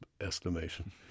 estimation